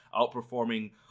outperforming